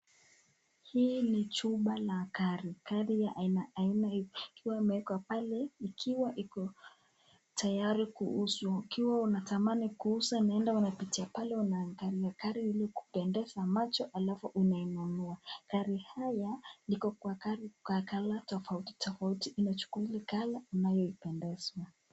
Hii ni chumba la gari . Gari ya aina aina ikiwa imewekwa pale ikiwa iko tayari kuuzwa. Ukiwa unatamani kuuza unaenda unapitia pale unapata gari iliyokupendeza macho alafu unainunua. Gari haya iko kwa colour tofauti tofauti unachukua ile colour unayopendezwa.